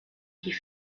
die